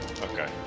Okay